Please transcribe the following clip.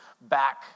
back